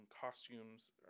costumes